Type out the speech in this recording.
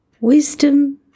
Wisdom